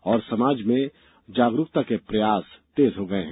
और समाज में जागरूकता के लिए प्रयास तेज हो गये है